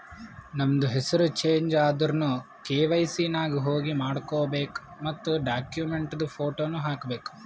ನಮ್ದು ಹೆಸುರ್ ಚೇಂಜ್ ಆದುರ್ನು ಕೆ.ವೈ.ಸಿ ನಾಗ್ ಹೋಗಿ ಮಾಡ್ಕೋಬೇಕ್ ಮತ್ ಡಾಕ್ಯುಮೆಂಟ್ದು ಫೋಟೋನು ಹಾಕಬೇಕ್